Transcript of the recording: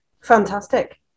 Fantastic